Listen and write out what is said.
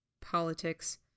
Politics